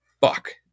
Fuck